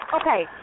Okay